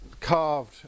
Carved